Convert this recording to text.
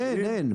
אין, אין.